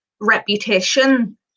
reputation